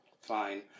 fine